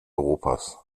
europas